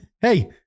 Hey